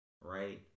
right